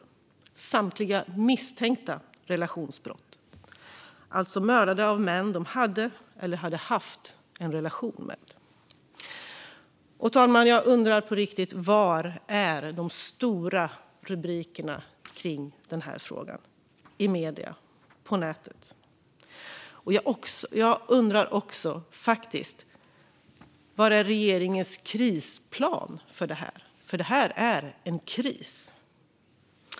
Samtliga var misstänkta relationsbrott, alltså kvinnor mördade av män de hade eller hade haft en relation med. Herr talman! Jag undrar var de stora rubrikerna om frågan är i medierna och på nätet. Jag undrar också var regeringens krisplan för detta är, för det här är en kris.